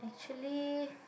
actually